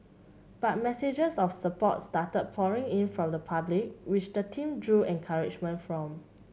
but messages of support started pouring in from the public which the team drew encouragement from